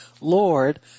Lord